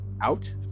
out